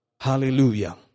Hallelujah